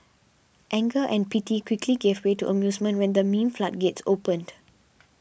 anger and pity quickly gave way to amusement when the meme floodgates opened